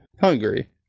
Hungry